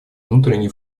внутренней